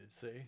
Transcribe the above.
see